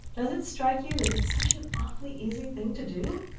does it strike you that it's such an awfully easy thing to do?